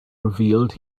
revealed